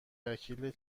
وکیل